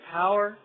power